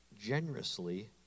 generously